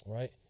Right